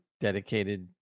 dedicated